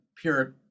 pure